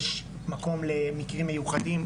יש מקום למקרים מיוחדים.